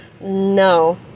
no